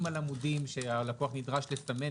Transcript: אם יש אינדיקציות שהלקוח משתמש בשירות,